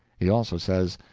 he also says,